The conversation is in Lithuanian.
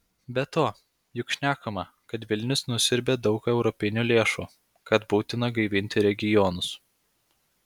be to juk šnekama kad vilnius nusiurbia daug europinių lėšų kad būtina gaivinti regionus